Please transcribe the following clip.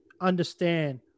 understand